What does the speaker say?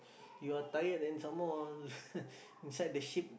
you are tired and some more inside the ship